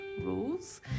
rules